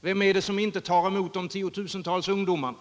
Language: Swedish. Vem är det som inte tar emot de tiotusentals arbetslösa ungdomarna?